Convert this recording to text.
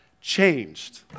changed